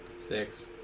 Six